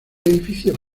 edificio